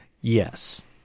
Yes